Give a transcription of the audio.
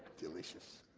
delicious.